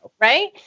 Right